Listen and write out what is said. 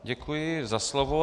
Děkuji za slovo.